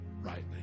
rightly